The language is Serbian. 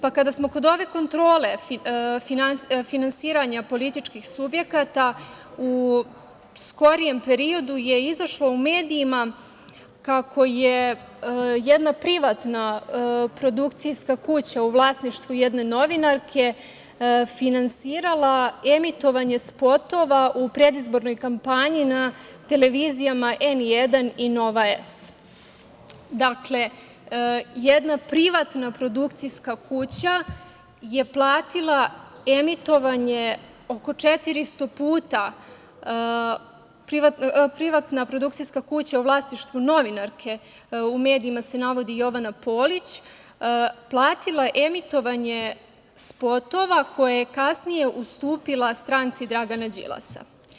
Pa, kada smo kod ove kontrole finansiranja političkih subjekata, u skorijem periodu je izašlo u medijima kako je jedna privatna produkcijska kuća u vlasništvu jedne novinarke finansirala emitovanje spotova u predizbornoj kampanji na televizijama N1 i Nova S. Dakle, jedna privatna produkcijska kuća u vlasništvu novinarke, u medijima se navodi Jovana Polić, platila je emitovanje spotova koje je kasnije ustupila stranci Dragana Đilasa.